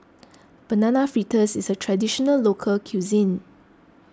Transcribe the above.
Banana Fritters is a Traditional Local Cuisine